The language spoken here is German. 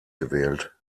gewählt